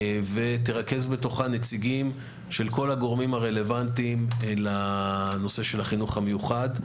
ותרכז בתוכה נציגים של כל הגורמים הרלוונטיים לנושא של החינוך המיוחד.